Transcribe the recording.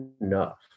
enough